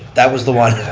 that was the one.